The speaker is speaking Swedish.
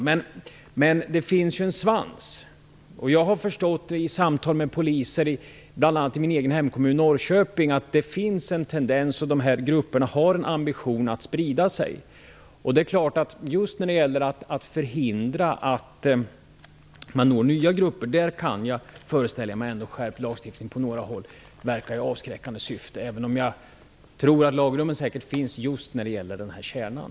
Det finns också en "svans" till dessa klubbar. Jag har samtalat med poliser, bl.a. i min hemkommun Norrköping, och det framgår att dessa grupper har en ambition att sprida sig. Just när det gäller att förhindra att de når nya grupper föreställer jag mig ändå att skärpt lagstiftning på några håll kunde verka i avskräckande syfte, även om jag tror att lagrummet finns just när det gäller kärnan.